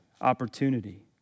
opportunity